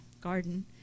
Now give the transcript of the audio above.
garden